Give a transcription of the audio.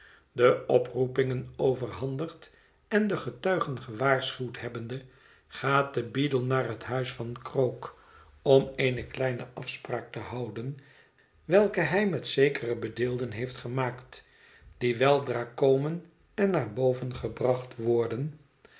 de oproepingen overhandigd en de getuigen gewaarschuwd hebbende gaat de beadle naar het huis van krook om eene kleine afspraak te houden welke hij met zekere bedeelden heeft gemaakt die weldra komen en naar boven gebracht worden